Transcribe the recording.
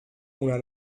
una